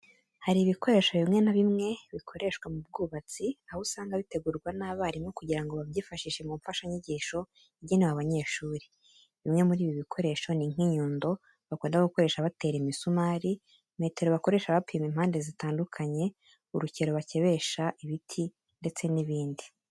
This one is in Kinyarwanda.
Hari ibikoresho bimwe na bimwe bikoreshwa mu bwubatsi, aho usanga bitegurwa n'abarimu kugira ngo babyifashishe nk'imfashanyigisho igenewe abanyeshuri. Bimwe muri ibi bikoresho ni nk'inyundo bakunda gukoresha batera imisumari, metero bakoresha bapima impande zitandukanye, urukero bakebesha ibiti ndetse n'ibindi.